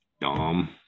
Dumb